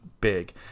big